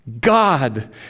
God